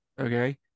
okay